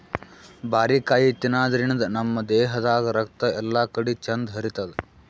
ಬಾರಿಕಾಯಿ ತಿನಾದ್ರಿನ್ದ ನಮ್ ದೇಹದಾಗ್ ರಕ್ತ ಎಲ್ಲಾಕಡಿ ಚಂದ್ ಹರಿತದ್